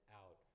out